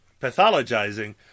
pathologizing